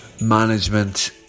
management